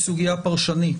היא סוגיה פרשנית.